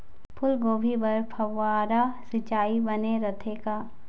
फूलगोभी बर फव्वारा सिचाई बने रथे का?